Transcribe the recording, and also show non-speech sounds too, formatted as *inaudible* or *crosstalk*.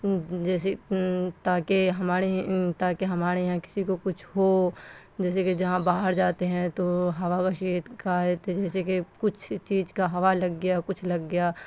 جیسے تاکہ ہمارے تاکہ ہمارے یہاں کسی کو کچھ ہو جیسے کہ جہاں باہر جاتے ہیں تو *unintelligible* جیسے کہ کچھ چیز کا ہوا لگ گیا کچھ لگ گیا